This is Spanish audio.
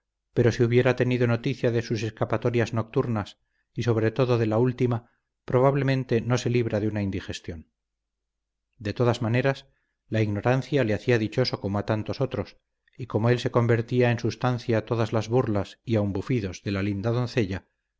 pero si hubiera tenido noticia de sus escapatorias nocturnas y sobre todo de la última probablemente no se libra de una indigestión de todas maneras la ignorancia le hacía dichoso como a tantos otros y como él se convertía en sustancia todas las burlas y aun bufidos de la linda doncella